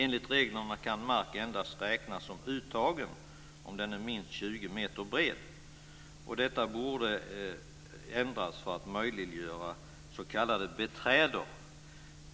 Enligt reglerna kan mark endast räknas som uttagen om den är minst 20 meter bred. Detta borde ändras för att möjliggöra s.k. beträdor.